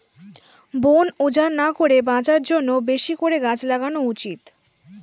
বন উজাড় না করে বাঁচার জন্যে বেশি করে গাছ লাগানো উচিত